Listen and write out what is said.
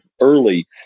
early